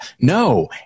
No